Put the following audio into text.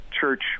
church